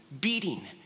Beating